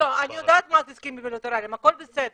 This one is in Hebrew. אני יודעת מה זה הסכמים בי-לטראליים, הכל בסדר.